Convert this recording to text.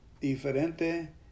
diferente